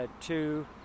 two